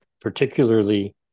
particularly